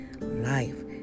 life